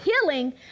healing